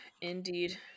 Indeed